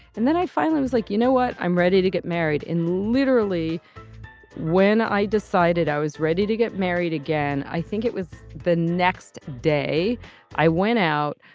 and then i finally was like, you know what? i'm ready to get married in literally when i decided i was ready to get married again. i think it was the next day i went out,